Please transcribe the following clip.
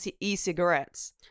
e-cigarettes